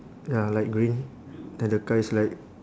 ya light green then the car is like